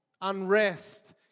Unrest